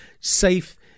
safe